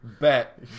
Bet